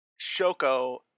Shoko